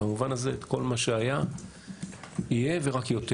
במובן הזה, כל מה שהיה יהיה ורק יותר